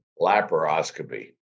laparoscopy